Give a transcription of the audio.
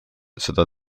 seda